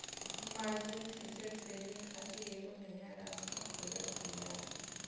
margin future trading खातिर एगो नया रास्ता खोलत बिया